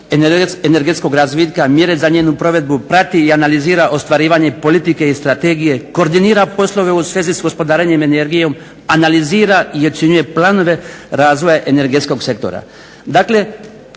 energetskog razvitka, mjere za njenu provedbu, prati i analizira ostvarivanje politike i strategije, koordinira poslove u svezi s gospodarenjem energijom, analizira i ocjenjuje planove razvoja energetskog sektora. Dakle,